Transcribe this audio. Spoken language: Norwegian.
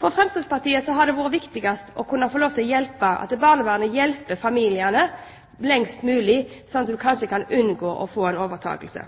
For Fremskrittspartiet har det vært viktigst at barnevernet hjelper familiene lengst mulig, sånn at en kanskje kan unngå å få en overtakelse.